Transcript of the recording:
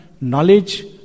knowledge